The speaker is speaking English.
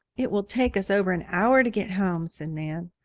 it will take us over an hour to get home, said nan.